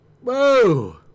whoa